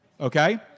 Okay